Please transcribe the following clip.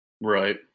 Right